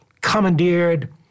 commandeered